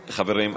חברים,